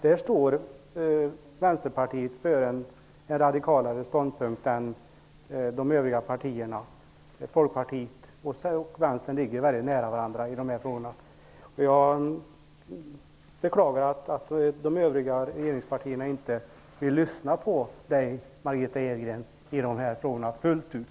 Där står Vänsterpartiet för en radikalare ståndpunkt än de övriga partierna. Folkpartiet och Vänstern ligger nära varandra i dessa frågor. Jag beklagar att de övriga regeringspartierna inte vill lyssna på Margitta Edgren fullt ut i dessa frågor.